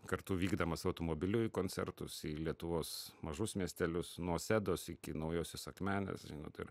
kartu vykdamas automobiliu į koncertus į lietuvos mažus miestelius nuo sedos iki naujosios akmenės žinot ir